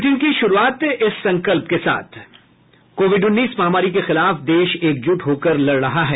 bulletin की शुरूआत से पहले ये संकल्प कोविड उन्नीस महामारी के खिलाफ देश एकजुट होकर लड़ रहा है